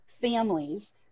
families